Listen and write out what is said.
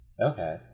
okay